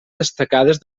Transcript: destacades